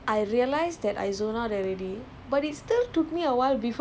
ya like